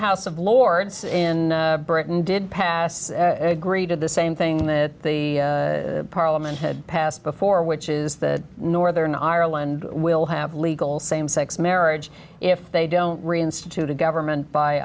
house of lords in britain did pass agree to the same thing that the parliament had passed before which is the northern ireland will have legal same sex marriage if they don't reinstituted government by